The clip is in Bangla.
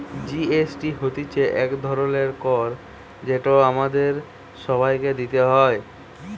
জি.এস.টি হতিছে এক ধরণের কর যেটা আমাদের সবাইকে দিতে হয়